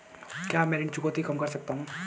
क्या मैं ऋण चुकौती कम कर सकता हूँ?